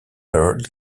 earl